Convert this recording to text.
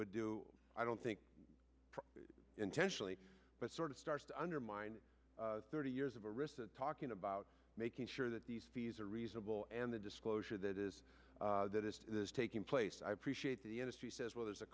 would do i don't think intentionally but sort of starts to undermine thirty years of a risk talking about making sure that these fees are reasonable and the disclosure that is that is taking place i appreciate the industry says well there's a